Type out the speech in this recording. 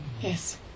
yes